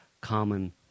common